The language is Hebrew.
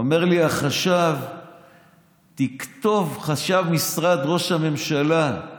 ואומר לי חשב משרד ראש הממשלה: